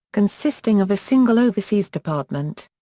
consisting of a single overseas department.